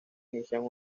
inician